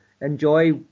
enjoy